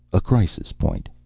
a crisis-point.